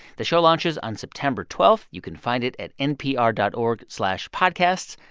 the show launches on september twelve. you can find it at npr dot org slash podcasts,